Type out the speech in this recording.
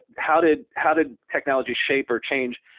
how did how did technology shape or change?